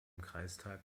kreistag